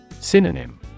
Synonym